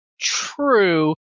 true